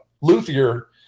luthier